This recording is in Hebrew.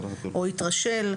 או התרשל,